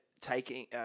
taking